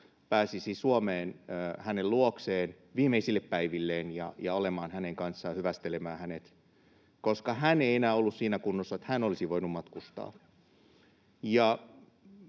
pääsisi Suomeen hänen luokseen viimeisille päivilleen ja olemaan hänen kanssaan, hyvästelemään hänet, koska hän ei enää ollut siinä kunnossa, että hän olisi voinut matkustaa.